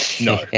No